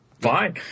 fine